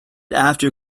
after